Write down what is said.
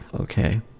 okay